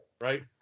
right